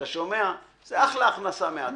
זו אחלה הכנסה מהצד.